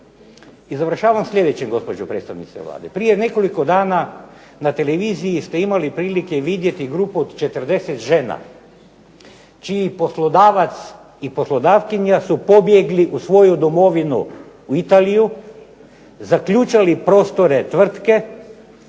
I završavam sljedećim, gospođo predstavnice Vlade, prije nekoliko dana na televiziji ste imali prilike vidjeti grupu od 40 žena, čiji poslodavac i poslodavkinja su pobjegli u svoju domovinu u Italiju, i zaključali prostore tvrtke